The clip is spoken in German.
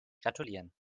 gratulieren